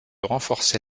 renforcer